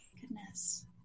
Goodness